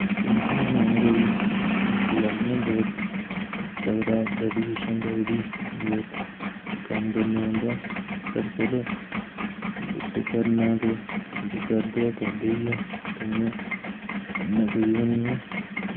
painting बनाना कोई निक्की गल्ल निं ऐ बोह्त तगड़ा डैडिकेशन लगदी बोह्त कम्म करना पौंदा ऐ पर चलो दिक्खो जो करना ते जो करदे ओह् करदे बी हैन ताइयें इन्ना कोई ओह् निं ऐ